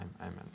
amen